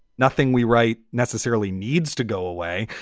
nothing we write necessarily needs to go away.